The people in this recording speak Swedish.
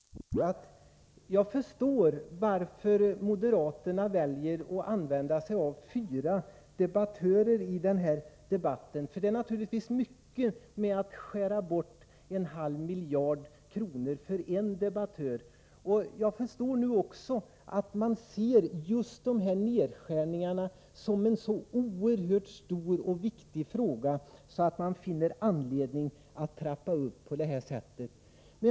Herr talman! Per Unckel kallade mig Johansson. Hans Nyhage kallade mig Anslag till vuxenut Karlsson. Mitt namn är Johnsson, som talmannen sade. bildning Jag förstår, Hans Nyhage, varför moderaterna väljer att använda sig av fyra debattörer i denna debatt. Det är naturligtvis mycket för en debattör att skära bort en halv miljard kronor. Jag förstår nu också att moderaterna ser just dessa nedskärningar som en så oerhört stor och viktig fråga att de finner anledning att trappa upp diskussionen på detta sätt.